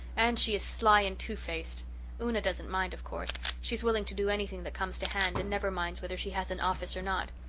and she is sly and two-faced. una doesn't mind, of course. she is willing to do anything that comes to hand and never minds whether she has an office or not.